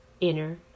inner